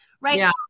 Right